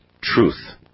truth